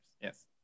Yes